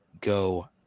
go